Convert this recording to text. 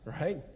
Right